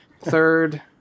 third